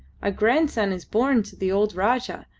a grandson is born to the old rajah,